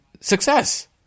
success